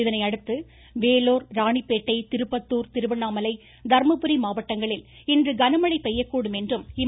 இதனையடுத்து வேலூர் ராணிப்பேட்டை திருப்பத்தூர் திருவண்ணாமலை தர்மபுரி மாவட்டங்களில் இன்று கன மழை பெய்யக்கூடும் என்றும் இம்மையம் தெரிவித்துள்ளது